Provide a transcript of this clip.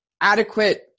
adequate